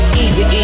easy